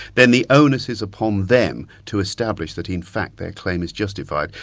then the onus is upon um them to establish that in fact their claim is justified.